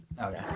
Okay